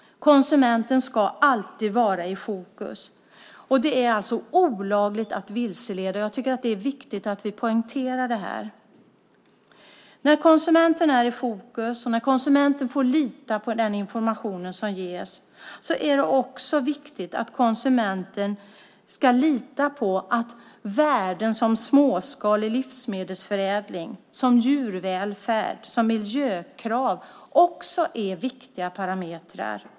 Konsumenten ska alltid vara i fokus. Det är olagligt att vilseleda. Det är viktigt att vi poängterar det här. När konsumenten är i fokus och kan lita på den information som ges är det också viktigt att konsumenten litar på att värden som småskalig livsmedelsförädling, djurvälfärd och miljökrav är viktiga parametrar.